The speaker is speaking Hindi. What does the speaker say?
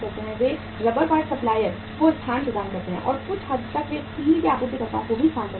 वे रबर पार्ट सप्लायर को स्थान प्रदान करते हैं और कुछ हद तक वे स्टील के आपूर्तिकर्ताओं को भी स्थान प्रदान करते हैं